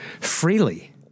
freely